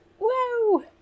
Whoa